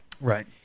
Right